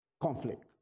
conflict